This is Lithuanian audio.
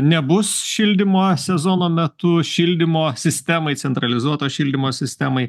nebus šildymo sezono metu šildymo sistemai centralizuoto šildymo sistemai